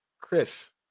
Chris